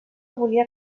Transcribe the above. volia